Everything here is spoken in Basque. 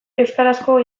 euskarazko